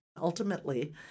Ultimately